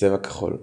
בצבע כחול.